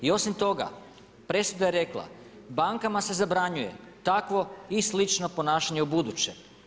I osim toga, presuda je rekla, bankama se zabranjuje takvo i slično ponašanje u buduće.